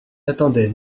attendait